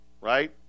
right